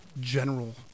general